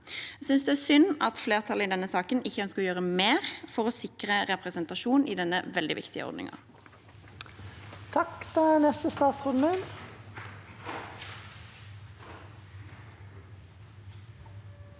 Jeg synes det er synd at flertallet i denne saken ikke ønsker å gjøre mer for å sikre representasjon i denne veldig viktige ordningen.